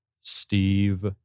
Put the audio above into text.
Steve